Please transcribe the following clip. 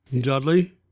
Dudley